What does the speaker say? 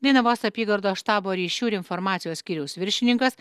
dainavos apygardos štabo ryšių ir informacijos skyriaus viršininkas